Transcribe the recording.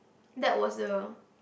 that was the